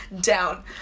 down